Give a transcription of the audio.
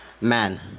man